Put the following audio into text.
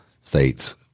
states